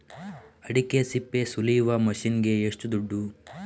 ಅಡಿಕೆ ಸಿಪ್ಪೆ ಸುಲಿಯುವ ಮಷೀನ್ ಗೆ ಏಷ್ಟು ದುಡ್ಡು?